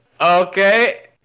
Okay